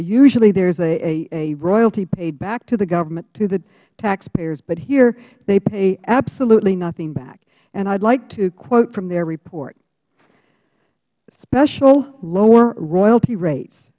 sually there is a royalty paid back to the government to the taxpayers but here they are paid absolutely nothing back and i would like to quote from their report special lower royalty rates